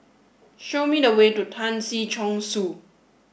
show me the way to Tan Si Chong Su